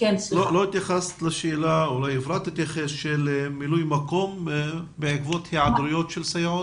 לא התייחסת לשאלה של מילוי מקום בעקבות היעדרויות של סייעות.